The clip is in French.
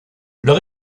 leur